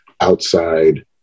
outside